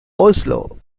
oslo